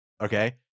okay